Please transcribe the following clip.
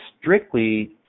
strictly